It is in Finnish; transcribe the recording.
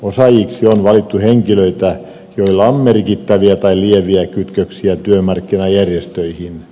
osaajiksi on valittu henkilöitä joilla on merkittäviä tai lieviä kytköksiä työmarkkinajärjestöihin